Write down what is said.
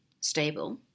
stable